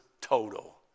total